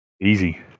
easy